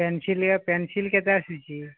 pencil pencil କେତେ ଆସିଛି